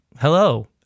hello